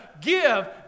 give